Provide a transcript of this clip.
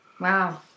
Wow